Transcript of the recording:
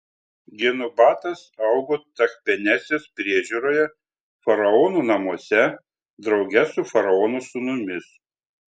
genubatas augo tachpenesės priežiūroje faraono namuose drauge su faraono sūnumis